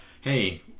hey